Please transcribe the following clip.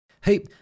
hey